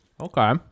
Okay